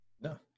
No